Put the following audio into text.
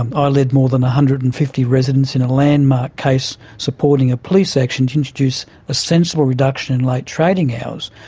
um ah led more than one hundred and fifty residents in a landmark case supporting a police action to introduce a sensible reduction in late trading hours.